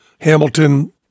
Hamilton